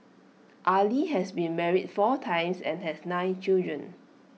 Ali has been married four times and has nine children